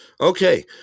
Okay